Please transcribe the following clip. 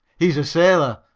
he's a sailor,